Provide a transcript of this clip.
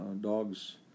Dogs